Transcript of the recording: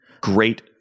Great